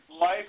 life